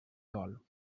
dol